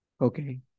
okay